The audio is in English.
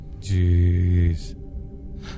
Jeez